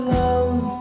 love